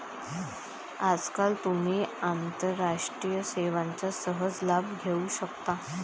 आजकाल तुम्ही आंतरराष्ट्रीय सेवांचा सहज लाभ घेऊ शकता